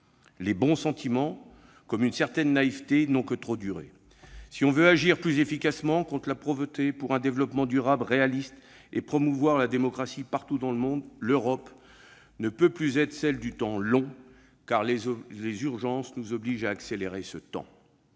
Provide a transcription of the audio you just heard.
Les bons sentiments comme une certaine naïveté n'ont que trop duré. Si nous voulons agir plus efficacement contre la pauvreté, pour un développement durable réaliste et promouvoir la démocratie partout dans le monde, l'Europe ne peut plus être celle du temps long, car les urgences nous obligent à accélérer ce temps.